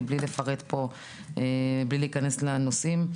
בלי להיפרט ולהיכנס לנושאים.